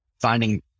finding